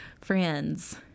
Friends